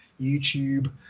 YouTube